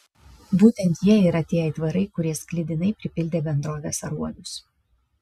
būtent jie yra tie aitvarai kurie sklidinai pripildė bendrovės aruodus